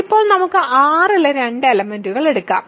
ഇപ്പോൾ നമുക്ക് R ലെ രണ്ട് എലെമെന്റ്സ്കൾ എടുക്കാം